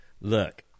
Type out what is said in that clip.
look